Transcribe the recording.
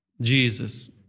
Jesus